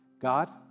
God